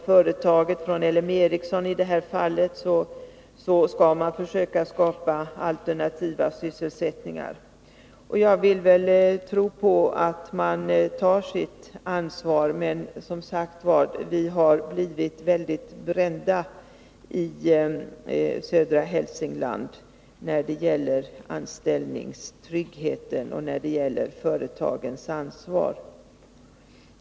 Företagen lovar — i detta fall LM Ericsson — att skapa alternativa sysselsättningar. Jag vill gärna tro på att företagen skall ta sitt ansvar, men vi har som sagt blivit mycket brända i södra Hälsingland när det gäller anställningstrygghet och företagens ansvar.